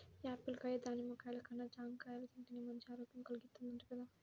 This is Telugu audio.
యాపిల్ కాయ, దానిమ్మ కాయల కన్నా జాంకాయలు తింటేనే మంచి ఆరోగ్యం కల్గిద్దంట గదా